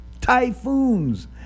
typhoons